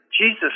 Jesus